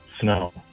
Snow